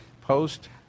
post